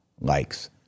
likes